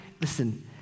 Listen